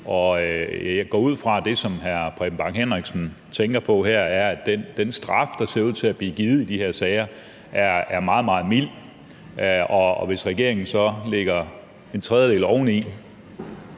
Jeg går ud fra, at det, hr. Preben Bang Henriksen tænker på her, er, at den straf, der ser ud til at blive givet i de her sager, er meget, meget mild, og hvis regeringen så lægger en tredjedel oveni,